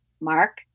Mark